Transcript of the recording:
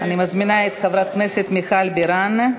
אני מזמינה את חברת הכנסת מיכל בירן.